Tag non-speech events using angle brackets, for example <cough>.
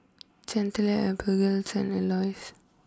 Chantelle Abigayle <unintelligible> and Elois